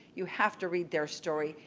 you have to read their story.